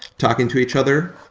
talking to each other,